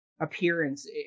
appearance